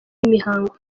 imihango